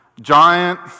giant